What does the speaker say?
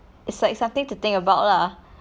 it's like something to think about lah